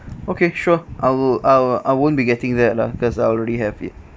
okay sure I'll I'll I won't be getting that lah because I already have it